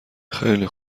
خیلی